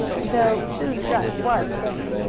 though sue's dress was stained.